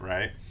Right